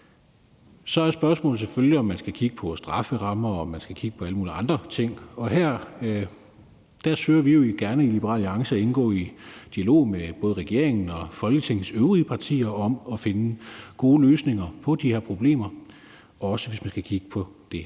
Så er spørgsmålet selvfølgelig, om man skal kigge på strafferammer, og om man skal kigge på alle mulige andre ting, og her søger vi i Liberal Alliance gerne at gå i dialog med både regeringen og Folketingets øvrige partier om at finde gode løsninger på de her problemer, også hvis man skal kigge på det